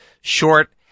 short